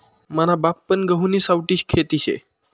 मना बापपन गहुनी सावठी खेती शे